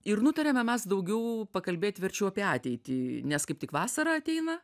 ir nutarėme mes daugiau pakalbėt verčiau apie ateitį nes kaip tik vasara ateina